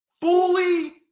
fully